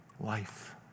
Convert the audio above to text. Life